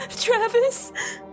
Travis